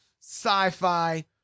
sci-fi